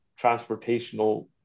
transportational